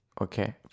okay